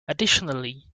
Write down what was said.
additionally